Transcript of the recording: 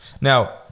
Now